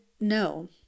no